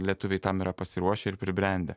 lietuviai tam yra pasiruošę ir pribrendę